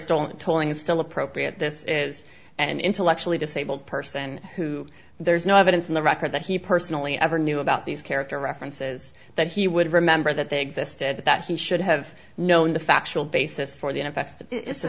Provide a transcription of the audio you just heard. stolen tolling is still appropriate this is an intellectually disabled person who there's no evidence in the record that he personally ever knew about these character references that he would remember that they existed that he should have known the factual basis for the